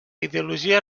ideologia